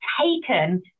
taken